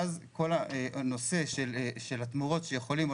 ואז כל הנושא של התמורות שיכולים או